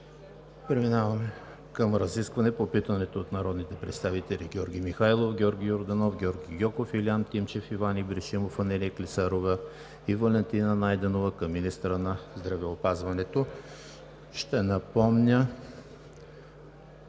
Преминаваме към разискване по питането от народните представители Георги Михайлов, Георги Йорданов, Георги Гьоков, Илиян Тимчев, Иван Ибришимов, Анелия Клисарова и Валентина Найденова към министъра на здравеопазването. Ще напомня,